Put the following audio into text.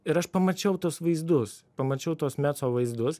ir aš pamačiau tuos vaizdus pamačiau tuos meco vaizdus